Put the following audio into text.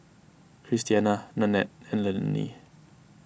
Christiana Nannette and Lannie